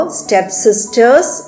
stepsisters